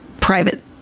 private